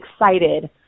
excited